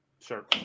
Sure